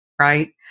Right